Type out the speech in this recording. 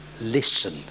Listen